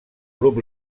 grup